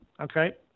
Okay